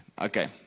Okay